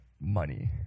money